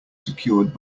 secured